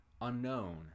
Unknown